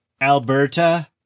Alberta